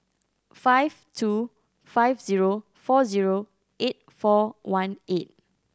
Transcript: five two five zero four zero eight four one eight